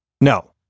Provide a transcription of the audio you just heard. No